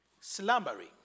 slumbering